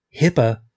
HIPAA